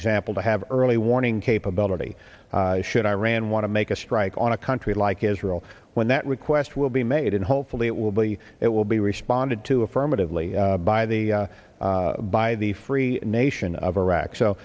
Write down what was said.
example to have early warning capability should iran want to make a strike on a country like israel when that request will be made and hopefully it will be it will be responded to affirmatively by the by the free nation of iraq so